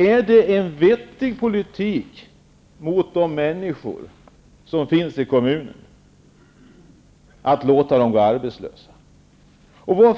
Är det en vettig politik att låta de människor som finns i kommunen gå arbetslösa? Var